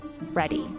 ready